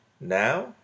now